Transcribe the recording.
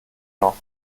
noch